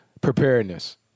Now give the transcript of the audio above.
preparedness